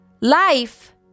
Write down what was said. life